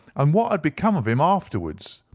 um what had become of him afterwards.